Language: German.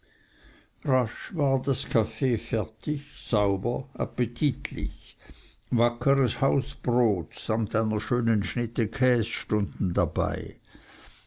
war das kaffee fertig sauber appetitlich wackeres hausbrot samt einer schönen schnitte käs stunden dabei